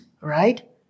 right